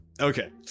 okay